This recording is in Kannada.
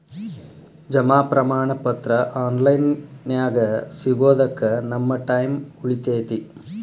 ಜಮಾ ಪ್ರಮಾಣ ಪತ್ರ ಆನ್ ಲೈನ್ ನ್ಯಾಗ ಸಿಗೊದಕ್ಕ ನಮ್ಮ ಟೈಮ್ ಉಳಿತೆತಿ